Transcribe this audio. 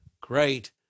great